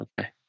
okay